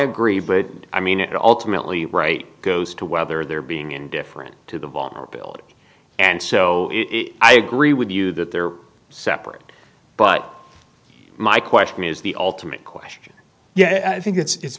agree but i mean it ultimately right goes to whether they're being indifferent to the vulnerability and so i agree with you that they're separate but my question is the ultimate question yeah i think it's